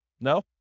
No